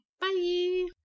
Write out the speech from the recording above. Bye